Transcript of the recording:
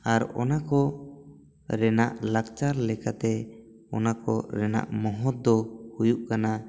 ᱟᱨ ᱚᱱᱟ ᱠᱚ ᱨᱮᱱᱟᱜ ᱞᱟᱠᱪᱟᱨ ᱞᱮᱠᱟᱛᱮ ᱚᱱᱟ ᱠᱚ ᱨᱮᱱᱟᱜ ᱢᱚᱦᱚᱛ ᱫᱚ ᱦᱩᱭᱩᱜ ᱠᱟᱱᱟ